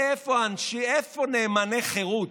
איפה נאמני חרות?